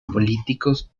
políticos